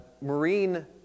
Marine